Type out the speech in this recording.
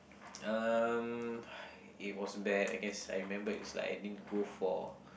um it was bad I guess I remember it's like I didn't go for